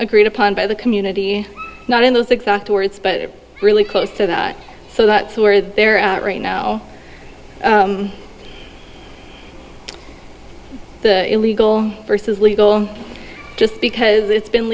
agreed upon by the community not in those exact words but really close to that so that's where they're at right now illegal versus legal just because it's been